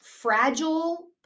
fragile